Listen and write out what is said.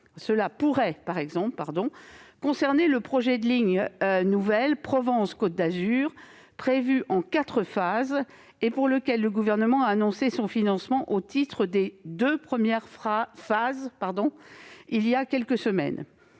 Cela pourrait, par exemple, concerner le projet de ligne nouvelle Provence-Côte d'Azur, prévu en quatre phases et dont le Gouvernement a annoncé le financement au titre des deux premières phases voilà quelques semaines.